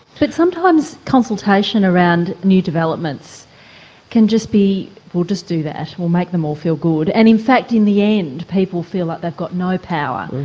but sometimes consultation around new developments can just be we'll just do that, it will make them all feel good' and in fact in the end people feel that they've got no power.